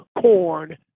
corn